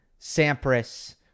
Sampras